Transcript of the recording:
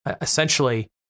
essentially